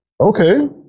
Okay